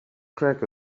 craig